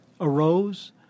arose